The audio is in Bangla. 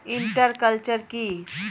ইন্টার কালচার কি?